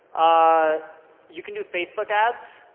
ah you can do facebook ads.